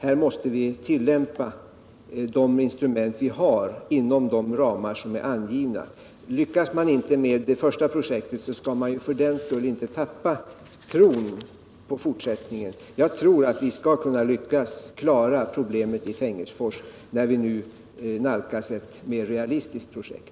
Här måste vi begagna de instrument vi har inom de ramar som är angivna. Lyckas man inte med det första projektet, skall man för den skull inte tappa tron på fortsättningen. Jag tror att vi skall kunna lösa problemet i Fengersfors, när vi nu nalkas ett mer realistiskt projekt.